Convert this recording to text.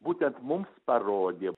būtent mums parodė